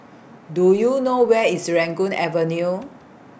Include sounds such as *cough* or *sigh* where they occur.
Do YOU know Where IS *unintelligible* Avenue